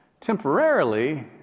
temporarily